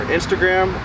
Instagram